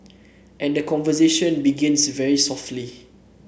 and the conversation begins very softly